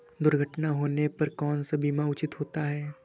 दुर्घटना होने पर कौन सा बीमा उचित होता है?